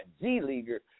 G-leaguer